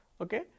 Okay